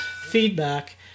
feedback